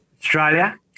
Australia